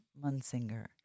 Munsinger